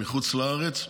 מחוץ לארץ,